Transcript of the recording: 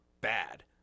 bad